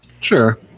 sure